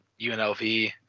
UNLV